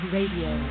Radio